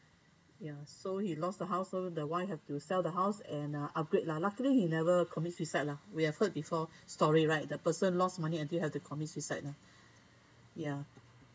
ya so he lost the house so the wife have to sell the house and uh upgrade lah luckily he never commit suicide lah we have heard before story right the person lost money until have to commit suicide lah ya